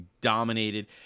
dominated